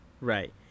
right